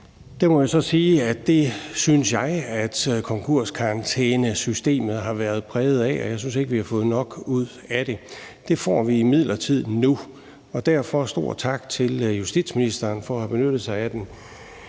jeg synes konkurskarantænesystemet har været præget af, og jeg synes ikke, vi har fået nok ud af det. Det får vi imidlertid nu, og derfor skal der lyde en stor tak til justitsministeren for at have benytte sig af den